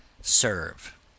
serve